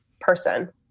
person